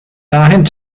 dahin